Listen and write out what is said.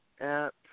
app